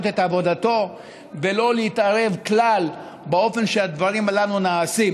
את עבודתו ולא להתערב כלל באופן שהדברים הללו נעשים.